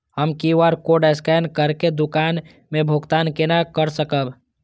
हम QR code scan करके दुकान में भुगतान केना कर सकब?